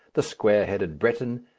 the square-headed breton,